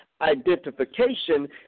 identification